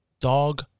Dog